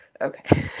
Okay